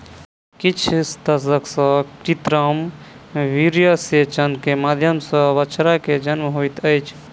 किछ दशक सॅ कृत्रिम वीर्यसेचन के माध्यम सॅ बछड़ा के जन्म होइत अछि